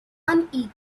unequal